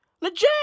Legit